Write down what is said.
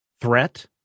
threat